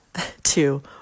two